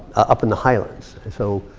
up in the highlands. and so,